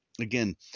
again